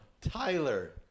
Tyler